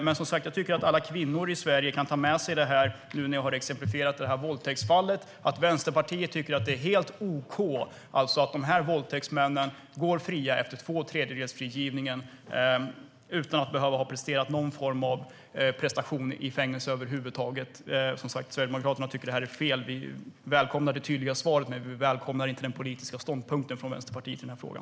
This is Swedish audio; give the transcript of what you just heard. Men, som sagt, nu när jag har exemplifierat det här våldtäktsfallet tycker jag att alla kvinnor i Sverige kan ta med sig att Vänsterpartiet tycker att det är helt OK att våldtäktsmännen går fria efter tvåtredjedelsfrigivningen utan att de har behövt göra någon form av prestation i fängelset över huvud taget. Sverigedemokraterna tycker att det är fel. Vi välkomnar det tydliga svaret, men vi välkomnar inte den politiska ståndpunkten från Vänsterpartiet i den här frågan.